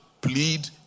plead